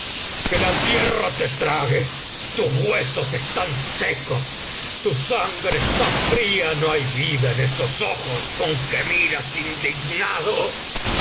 que la tierra te trague tus huesos están secos tu sangre está fría no hay vida en esos ojos con que miras indignado